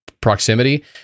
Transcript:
proximity